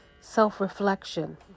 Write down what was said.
self-reflection